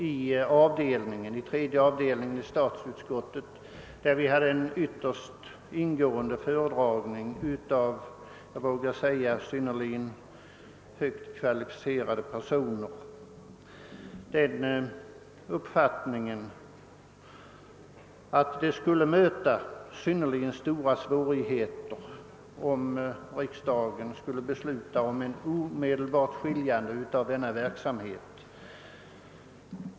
I tredje avdelningen av statsutskottet hade vi en ytterst ingående föredragning av synnerligen högt kvalificerade personer, och därvid fick vi den uppfattningen att det skulle möta synnerligen stora svårigheter om riksdagen skulle besluta om ett omedelbart avskiljande av denna verksamhet.